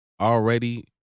already